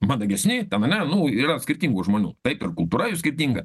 mandagesni ten ane nu yra skirtingų žmonių taip ir kultūra jų skirtinga